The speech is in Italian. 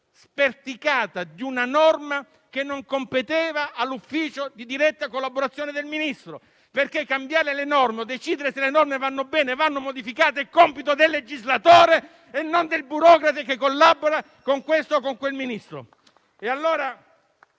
sperticata di una norma che non competeva all'ufficio di diretta collaborazione del Ministro, perché cambiare le norme o decidere se le norme vanno benne o vanno modificate è compito del legislatore e non del burocrate che collabora con questo o con quel Ministro.